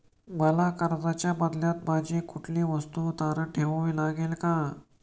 मला कर्जाच्या बदल्यात माझी कुठली वस्तू तारण ठेवावी लागेल का?